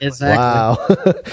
wow